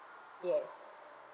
yes